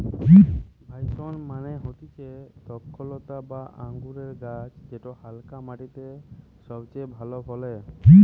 vines মানে হতিছে দ্রক্ষলতা বা আঙুরের গাছ যেটা হালকা মাটিতে সবচে ভালো ফলে